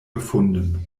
gefunden